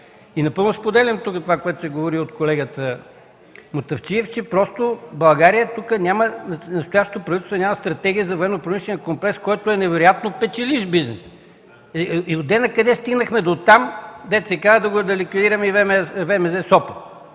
И напълно споделям тук това, което се говори от колегата Мутафчиев, че просто България, настоящото правителството няма стратегия за военнопромишления комплекс, който е невероятно печеливш бизнес. Откъде-накъде стигнахме дотам да ликвидираме и ВМЗ –